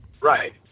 Right